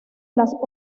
las